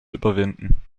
überwinden